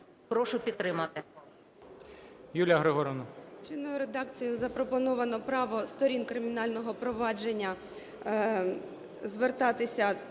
Прошу підтримати.